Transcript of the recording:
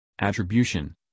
attribution